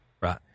Right